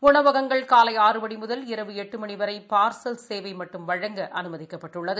உணவகங்கள் காலை ஆறு மணி முதல் இரவு எட்டு மணி வரை பார்சல் சேவை மட்டும் வழங்க அமுமதிக்கப்பட்டுள்ளது